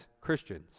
christians